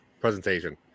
presentation